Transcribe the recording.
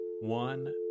one